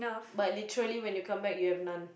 but literally when you come back you have none